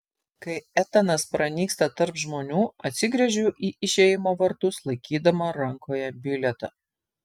kai etanas pranyksta tarp žmonių atsigręžiu į išėjimo vartus laikydama rankoje bilietą